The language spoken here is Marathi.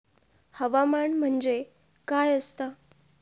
हवामान म्हणजे काय असता?